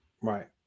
Right